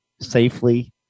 safely